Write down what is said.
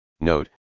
Note